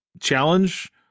challenge